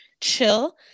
chill